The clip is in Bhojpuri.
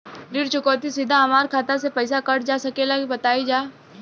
ऋण चुकौती सीधा हमार खाता से पैसा कटल जा सकेला का बताई जा?